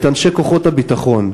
את אנשי כוחות הביטחון,